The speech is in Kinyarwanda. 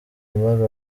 mbaga